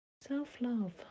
self-love